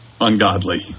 ungodly